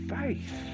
faith